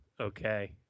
Okay